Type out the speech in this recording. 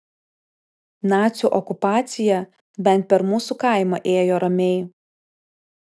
nacių okupacija bent per mūsų kaimą ėjo ramiai